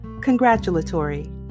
Congratulatory